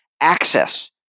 access